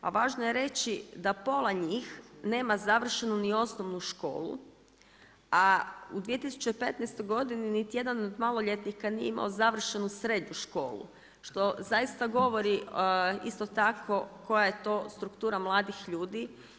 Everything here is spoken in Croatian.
A važno je reći da pola njih nema završenu ni osnovnu školu a u 2015. niti jedan od maloljetnika nije imao završenu srednju školu što zaista govori isto tako koja je to struktura mladih ljudi.